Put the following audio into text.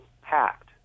packed